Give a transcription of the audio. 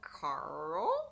Carl